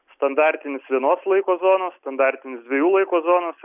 standartinis vienos laiko zonos standartinis dviejų laiko zonos